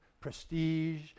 prestige